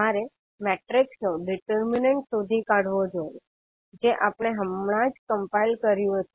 તમારે મેટ્રિક્સ નો ડીટર્મીનંટ શોધી કાઢવો જોઈએ જે આપણે હમણાં જ કમ્પાઇલ કર્યો છે